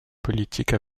politiques